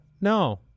no